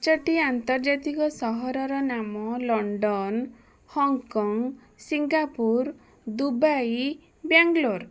ପାଞ୍ଚଟି ଆନ୍ତର୍ଜାତିକ ସହରର ନାମ London Hong Kong Singapore Dubai Bangalore